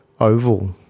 Oval